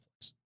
place